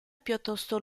piuttosto